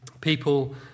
people